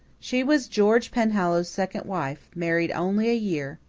she was george penhallow's second wife, married only a year.